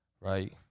Right